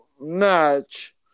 match